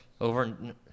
Over